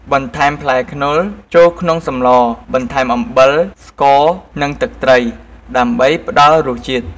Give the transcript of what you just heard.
បន្ថែមផ្លែខ្នុរចូលក្នុងសម្ល បន្ថែមអំបិល ស្ករ និងទឹកត្រី ដើម្បីផ្តល់រសជាតិ។